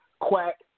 Quack